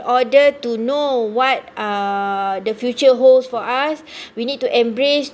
order to know what uh the future holds for us we need to embrace